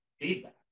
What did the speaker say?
feedback